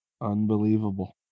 unbelievable